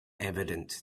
evident